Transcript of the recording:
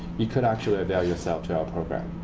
you could actually avail yourself to our program.